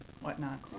whatnot